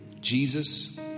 Jesus